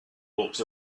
walked